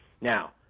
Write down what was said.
Now